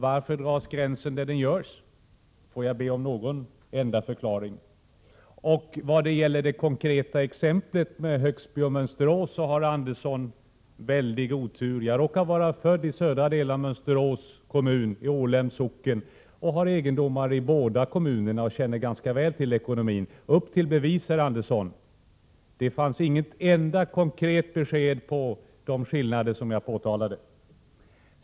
Varför drar man gränsen på det sätt som här görs? Kan jag få någon enda förklaring på detta? Vad gäller det konkreta exempel som gäller Högsby och Mönsterås, så har Arne Andersson stor otur. Jag råkar vara född i södra delen av Mönsterås kommun, i Ålems socken, och har därför god kännedom om båda kommunerna och deras ekonomi. Upp till bevis, herr Andersson! Det gavs inte något enda konkret besked när det gäller de skillnader som jag påtalade.